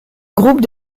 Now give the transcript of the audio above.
groupe